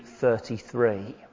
33